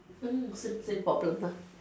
mm same same problem ah